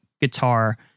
guitar